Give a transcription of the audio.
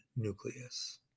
nucleus